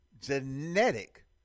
genetic